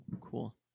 Cool